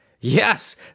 Yes